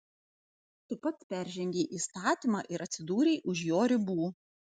tu pats peržengei įstatymą ir atsidūrei už jo ribų